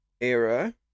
era